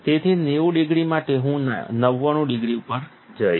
તેથી 90 ડિગ્રી માટે હું 99 ડિગ્રી ઉપર જઈશ